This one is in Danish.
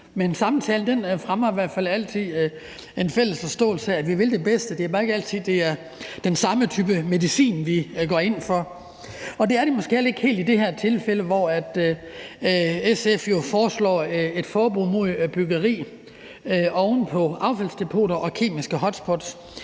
men samtalen fremmer i hvert fald altid en fælles forståelse af, at vi vil det bedste. Det er bare ikke altid, det er den samme type medicin, vi går ind for. Det er det måske heller ikke helt i det her tilfælde, hvor SF jo foreslår et forbud mod byggeri oven på affaldsdepoter og kemiske hotspots